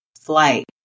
flight